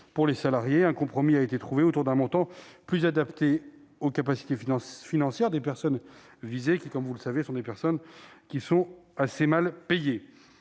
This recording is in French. pour les salariés. Un compromis a été trouvé autour d'un montant plus adapté aux capacités financières des personnes visées, qui sont, comme vous le savez, assez mal payées.